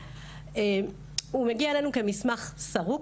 הוא מגיע אלינו כמסמך סרוק.